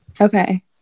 Okay